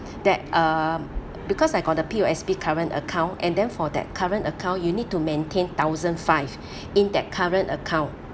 that um because I got the P_O_S_B current account and then for that current account you need to maintain thousand five in that current account